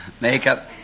makeup